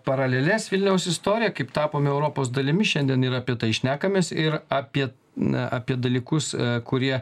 paraleles vilniaus istorija kaip tapom europos dalimi šiandien ir apie tai šnekamės ir apie na apie dalykus kurie